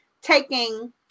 taking